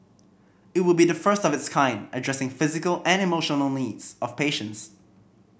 it would be the first of its kind addressing physical and emotional needs of patients